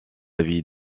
vie